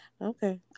Okay